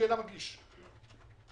אמרתי: אני אחתום עליה כמגיש.